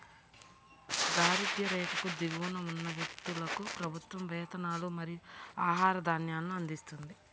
దారిద్య్ర రేఖకు దిగువన ఉన్న వ్యక్తులకు ప్రభుత్వం వేతనాలు మరియు ఆహార ధాన్యాలను అందిస్తుంది